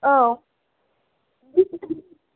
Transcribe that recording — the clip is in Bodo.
आव